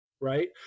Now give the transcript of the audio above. right